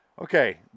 Okay